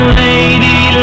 lady